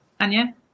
Anya